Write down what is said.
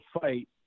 fight